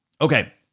Okay